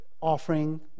offering